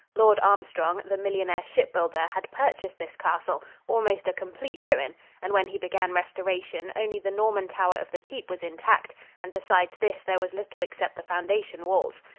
lord armstrong, the millionaire shipbuilder, had purchased this castle almost a complete ruin and when he began restoration only the norman tower of the keep was intact and besides this there was little except the foundation walls.